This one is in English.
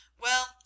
Well